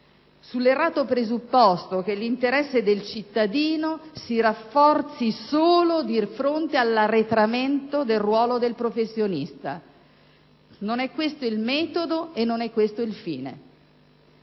sull'errato presupposto che l'interesse del cittadino si rafforzi solo di fronte all'arretramento del ruolo del professionista. Non è questa il metodo e non è questo il fine.